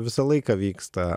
visą laiką vyksta